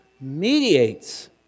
mediates